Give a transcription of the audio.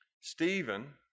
Stephen